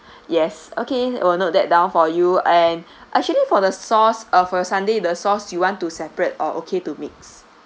yes okay will not that down for you and actually for the sauce uh for your sundae the sauce you want to separate or okay to mix